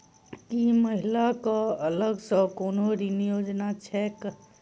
की महिला कऽ अलग सँ कोनो ऋण योजना छैक?